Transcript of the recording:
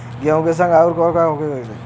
गेहूँ के संगे आऊर का का हो सकेला?